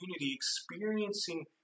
experiencing